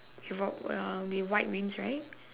he walk well with white rings right